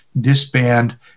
disband